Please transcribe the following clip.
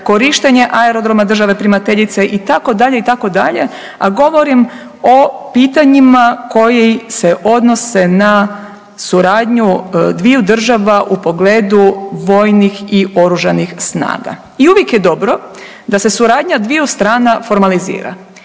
korištenje aerodroma države primateljice i tako dalje, i tako dalje, a govorim o pitanjima koji se odnose na suradnju dviju država u pogledu vojnih i oružanih snaga. I uvijek je dobro da se suradnja dviju strana formalizira.